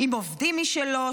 עם עובדים משלו,